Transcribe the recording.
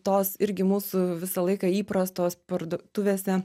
tos irgi mūsų visą laiką įprastos parduotuvėse